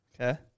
okay